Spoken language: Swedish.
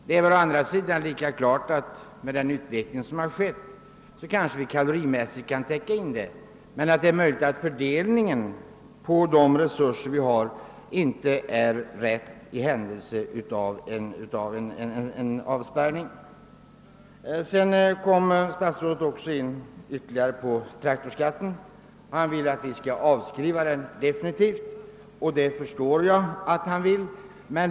Det är väl å andra sidan lika klart att vi med den utveckling som skett kalorimässigt kan täcka in beredskapen. Men det är också möjligt att fördelningen av resurserna inte är den riktiga i händelse av en avspärrning. Statsrådet kom också ytterligare in på frågan om traktorskatten. Han ville att vi nu definitivt skulle avskriva den frågan. Det förstår jag att han vill.